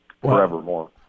forevermore